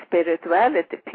spirituality